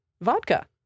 vodka